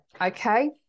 Okay